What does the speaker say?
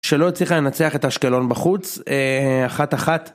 שלא צריך לנצח את אשקלון בחוץ אחת אחת.